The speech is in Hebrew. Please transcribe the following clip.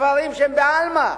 דברים שהם בעלמא.